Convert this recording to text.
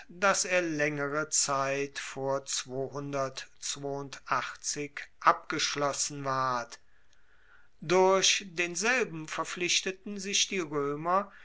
dass er laengere zeit vor abgeschlossen ward durch denselben verpflichteten sich die roemer